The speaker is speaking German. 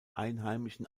einheimischen